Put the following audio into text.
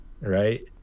right